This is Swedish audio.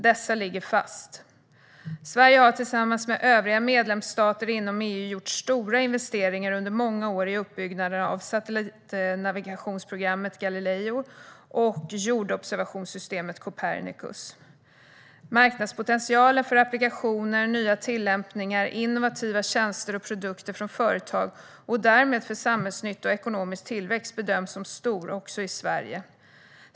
Dessa ligger fast. Sverige har tillsammans med övriga medlemsstater inom EU gjort stora investeringar under många år i uppbyggnaden av satellitnavigationsprogrammet Galileo och jordobservationssystemet Copernicus. Marknadspotentialen för applikationer, nya tillämpningar, innovativa tjänster och produkter från företag, och därmed för samhällsnytta och ekonomisk tillväxt, bedöms som stor också i Sverige.